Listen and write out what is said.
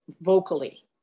vocally